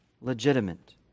legitimate